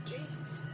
Jesus